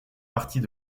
parties